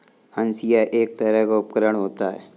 हंसिआ एक तरह का उपकरण होता है